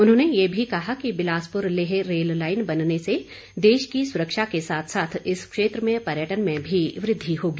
उन्होंने ये भी कहा कि बिलासपुर लेह रेललाईन बनने से देश की सुरक्षा के साथ साथ इस क्षेत्र में पर्यटन में भी वृद्धि होगी